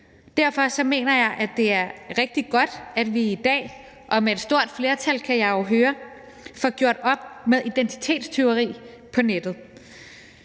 Derfor mener jeg, det er rigtig godt, at vi i dag – og med et stort flertal, kan jeg jo høre – får gjort op med identitetstyveri på nettet.